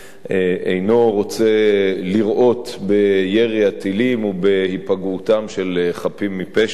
אינו רוצה לראות בירי הטילים או בהיפגעותם של חפים מפשע.